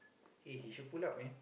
eh he should pull out man